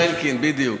השר אלקין, בדיוק.